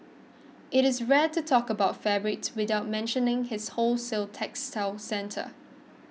it is rare to talk about fabrics without mentioning his wholesale textile centre